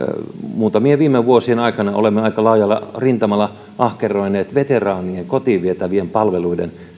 muutamien viime vuosien aikana olemme aika laajalla rintamalla ahkeroineet veteraanien kotiin vietävien palveluiden